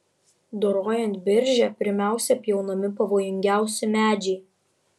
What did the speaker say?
dorojant biržę pirmiausia pjaunami pavojingiausi medžiai